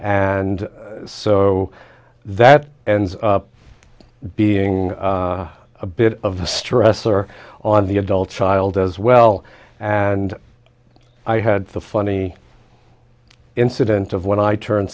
and so that ends up being a bit of the stressor on the adult child as well and i had the funny incident of when i turned